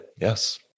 yes